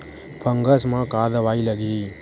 Fungus म का दवाई लगी?